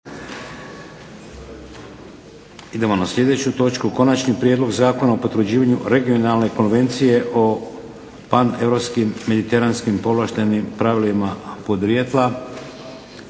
(HDZ)** Prelazimo na Konačni prijedlog zakona o potvrđivanju regionalne konvencije o paneuro mediteranskom povlaštenim pravilima podrijetla.